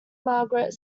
margaret